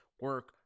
Work